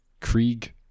Krieg